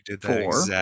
four